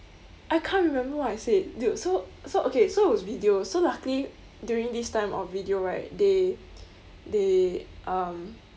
I can't remember what I said dude so so okay so it was video so luckily during this time of video right they they um